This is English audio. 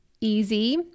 easy